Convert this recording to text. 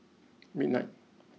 midnight